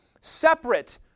separate